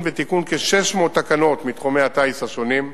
ותיקון כ-600 תקנות מתחומי הטיס השונים,